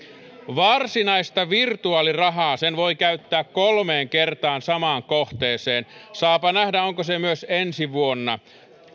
varsinaista virtuaalirahaa sen voi käyttää kolmeen kertaan samaan kohteeseen saapa nähdä onko se myös ensi vuonna